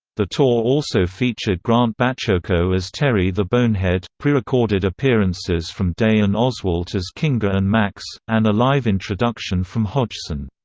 the tour also featured grant baciocco as terry the bonehead, pre-recorded appearances from day and oswalt as kinga and max, and a live introduction from hodgson.